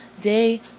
day